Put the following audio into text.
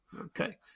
okay